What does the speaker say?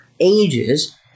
ages